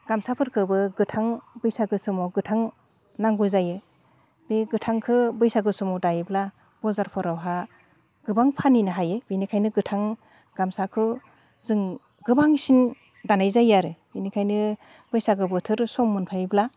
गामसाफोरखौबो गोथां बैसागु समाव गोथां नांगौ जायो बे गोथांखौ बैसागो समाव दायोब्ला बाजारफोरावहा गोबां फानहैनो हायो बेनिखायनो गोथां गामसाखौ जों गोबांसिन दानाय जायो आरो बेनिखानो बैसागो बोथोर सम मोनफैयोब्ला